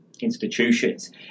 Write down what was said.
institutions